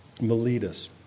Miletus